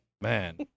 man